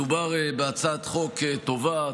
מדובר בהצעת חוק טובה,